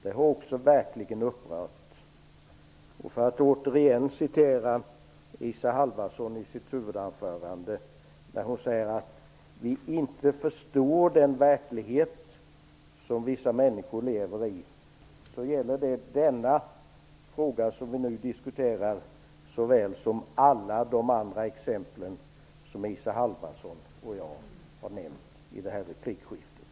Låt mig återigen referera till Isa Halvarssons huvudanförande. Hon sade där att vi inte förstår den verklighet som vissa människor lever i. Det gäller såväl den fråga som vi nu diskuterar som alla de exempel som Isa Halvarsson och jag har nämnt i det här replikskiftet.